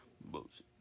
bullshit